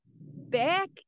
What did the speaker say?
back